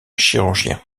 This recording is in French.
chirurgien